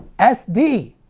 sd!